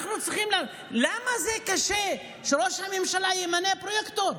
למה זה קשה שראש הממשלה ימנה פרויקטור?